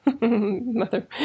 Mother